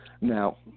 now